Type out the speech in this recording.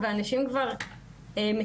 ואנשים כבר מתוסכלים.